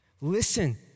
Listen